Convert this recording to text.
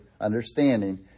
understanding